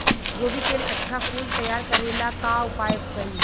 गोभी के अच्छा फूल तैयार करे ला का उपाय करी?